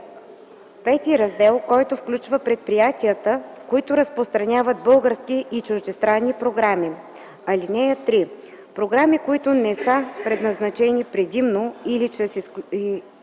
Пети раздел, който включва предприятията, които разпространяват български и чуждестранни програми. (3) Програми, които не са предназначени предимно или изключително